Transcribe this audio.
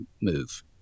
move